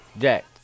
Jack